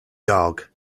dog